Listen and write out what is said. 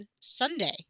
sunday